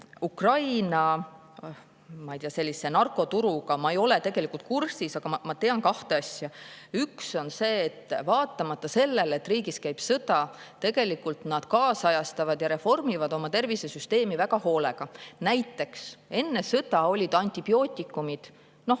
Ukraina narkoturuga ma ei ole kursis, aga ma tean kahte asja. Üks on see, et vaatamata sellele, et riigis käib sõda, nad tegelikult kaasajastavad ja reformivad oma tervisesüsteemi väga hoolega. Näiteks enne sõda olid antibiootikumid nagu